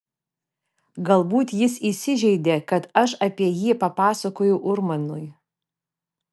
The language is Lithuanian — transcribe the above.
galbūt jis įsižeidė kad aš apie jį papasakojau urmanui